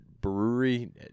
brewery